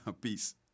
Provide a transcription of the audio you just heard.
Peace